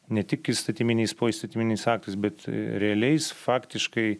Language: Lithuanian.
ne tik įstatyminiais poįstatyminiais aktais bet realiais faktiškai